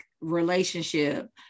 relationship